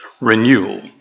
renewal